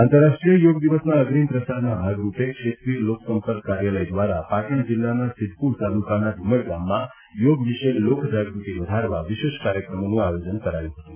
આંતરરાષ્ટ્રીય યોગ દિનના અગ્રિમ પ્રચારના ભાગ રુપે ક્ષેત્રિય લોકસંપર્ક કાર્યાલય દ્વારા પાટણ જિલ્લાના સિદ્ધપુર તાલુકાના ધુમડ ગામમાં યોગ વિશે લોકજાગૃતિ વધારવા વિશેષ કાર્યક્રમોનુ આયોજન કરવામાં આવ્યું હતું